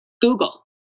Google